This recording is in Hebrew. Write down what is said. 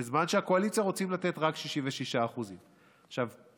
בזמן שהקואליציה רוצים לתת רק 66%. עכשיו,